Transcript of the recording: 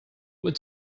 what